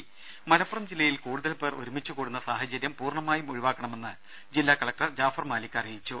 ദേദ മലപ്പുറം ജില്ലയിൽ കൂടുതൽപേർ ഒരുമിച്ചു കൂടുന്ന സാഹചര്യം പൂർണ്ണമായും ഒഴിവാക്കണമെന്ന് ജില്ലാ കലക്ടർ ജാഫർ മാലിക് അറിയിച്ചു